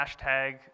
hashtag